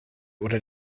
oder